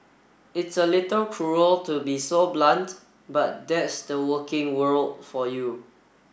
it's a little cruel to be so blunt but that's the working world for you